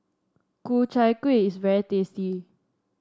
Ku Chai Kuih is very tasty